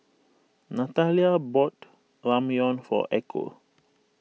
Nathalia bought Ramyeon for Echo